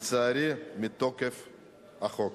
לצערי, מתוקף החוק.